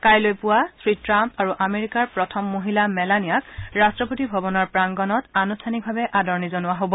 কাইলৈ পুৱা শ্ৰীট্টাম্প আৰু আমেৰিকাৰ প্ৰথম মহিলা মেলানিয়াক ৰাষ্ট্ৰপতি ভৱনৰ প্ৰাংগনত আনুষ্ঠানিকভাৱে আদৰণি জনোৱা হ'ব